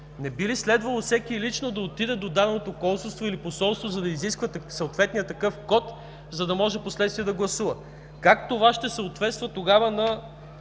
Не би ли следвало всеки лично да отиде до даденото консулство или посолство, за да изиска съответния такъв код, за да може впоследствие да гласува? Как тогава това ще съответства на